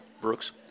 Brooks